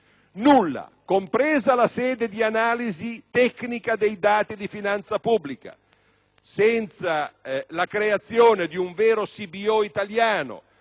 nulla, compresa la sede di analisi tecnica dei dati di finanza pubblica. Senza la creazione di un vero *Congressional